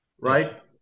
right